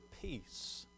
peace